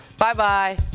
Bye-bye